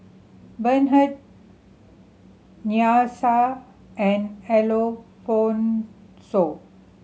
Bernhard Nyasia and Alphonso